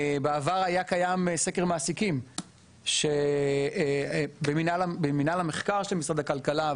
בעבר היה קיים סקר מעסיקים במינהל המחקר של משרד הכלכלה,